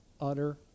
utter